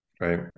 right